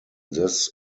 this